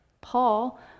Paul